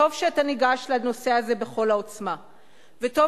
טוב שאתה ניגש לנושא הזה בכל העוצמה וטוב